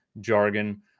jargon